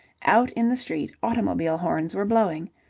out in the street automobile horns were blowing.